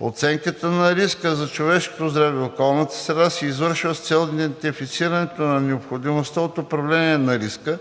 Оценката на риска за човешкото здраве и околната среда се извършва с цел идентифицирането на необходимостта от управление на риска